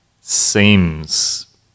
seems